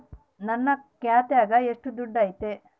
ನನ್ನ ಖಾತ್ಯಾಗ ಎಷ್ಟು ದುಡ್ಡು ಐತಿ?